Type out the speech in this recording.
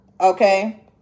okay